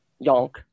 Yonk